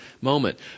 moment